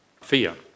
fear